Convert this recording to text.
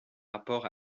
rapport